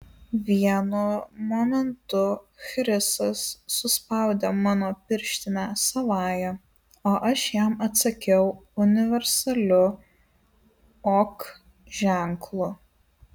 vienu momentu chrisas suspaudė mano pirštinę savąja o aš jam atsakiau universaliu ok ženklu